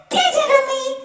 digitally